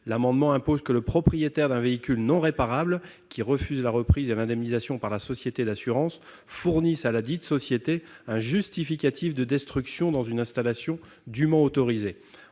Il tend à imposer que le propriétaire d'un véhicule non réparable qui refuse la reprise et l'indemnisation par la société d'assurance fournisse à ladite société un justificatif de destruction dans une installation dûment autorisée.